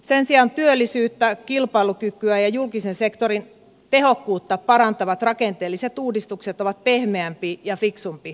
sen sijaan työllisyyttä kilpailukykyä ja julkisen sektorin tehokkuutta parantavat rakenteelliset uudistukset ovat pehmeämpi ja fiksumpi tapa